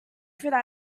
through